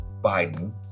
Biden